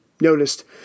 noticed